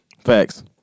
Facts